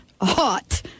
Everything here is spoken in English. hot